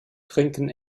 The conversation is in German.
trinken